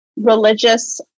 Religious